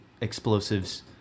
explosives